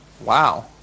Wow